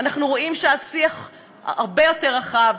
אנחנו רואים שהשיח הרבה יותר רחב,